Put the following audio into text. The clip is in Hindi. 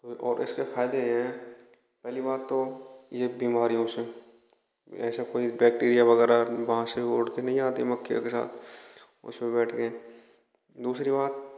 और इसके फायदे ये हैं पहली बात तो ये बीमारियों से ऐसा कोई बैक्टीरिया वगैरह उड़ के नहीं आती मक्खियों के साथ उस पे बैठ के दूसरी बात